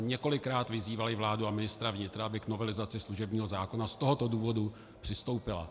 Několikrát jsme vyzývali vládu a ministra vnitra, aby k novelizaci služebního zákona z tohoto důvodu přistoupili.